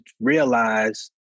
realize